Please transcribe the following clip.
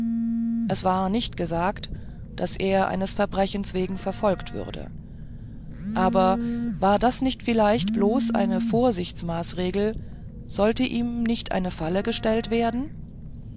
es war nicht gesagt daß er eines verbrechens wegen verfolgt würde aber war das nicht vielleicht bloß eine vorsichtsmaßregel sollte ihm nicht eine falle gestellt werden